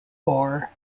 ore